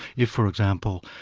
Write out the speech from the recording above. if for example,